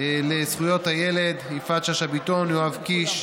לזכויות הילד: יפעת שאשא ביטון, יואב קיש,